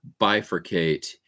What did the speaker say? bifurcate